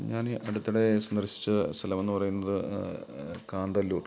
ഞാൻ ഈ അടുത്തിടെ സന്ദർശിച്ച സ്ഥലമെന്ന് പറയുന്നത് കാന്തല്ലൂർ